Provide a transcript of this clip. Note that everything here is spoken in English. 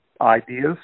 ideas